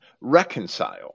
reconcile